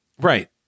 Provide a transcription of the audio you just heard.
right